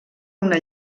una